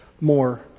more